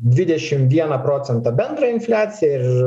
dvidešim vieną procentą bendrą infliaciją ir